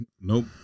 nope